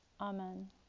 Amen